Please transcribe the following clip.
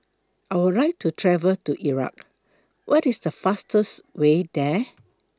I Would like to travel to Iraq What IS The fastest Way There